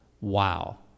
Wow